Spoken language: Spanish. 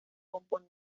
componía